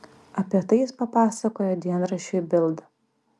apie tai jis papasakojo dienraščiui bild